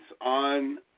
on